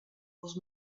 els